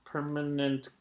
Permanent